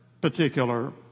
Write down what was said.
particular